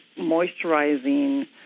moisturizing